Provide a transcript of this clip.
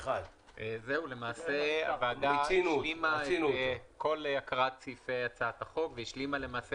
למעשה הוועדה השלימה את כל הקראת סעיפי החוק והשלימה למעשה